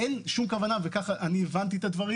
אין שום בעיה וכך גם הבנתי את הדברים